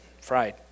fried